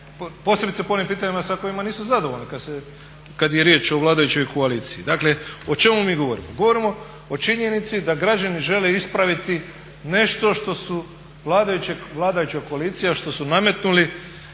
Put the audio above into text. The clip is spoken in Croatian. posebice po onim pitanjima sa kojima nisu zadovoljni kada je riječ o vladajućoj koaliciji. Dakle o čemu mi govorimo? Govorimo o činjenici da građani žele ispraviti nešto što su vladajuća koalicija što su nametnuli